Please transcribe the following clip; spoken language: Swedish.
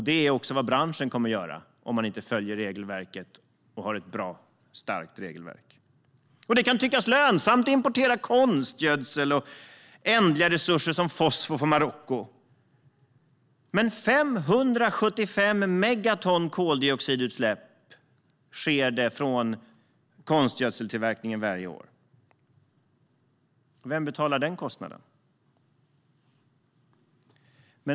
Det är också vad branschen kommer att göra om man inte följer regelverket och har ett bra och starkt regelverk. Det kan tyckas lönsamt att importera konstgödsel och ändliga resurser som fosfor från Marocko. Men det är 575 megaton i koldioxidutsläpp från konstgödseltillverkningen varje år. Vem betalar den kostnaden?